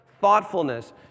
thoughtfulness